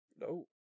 No